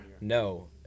No